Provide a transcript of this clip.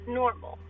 normal